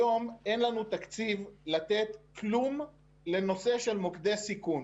היום אין לנו תקציב לתת כלום לנושא של מוקדי סיכון.